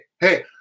hey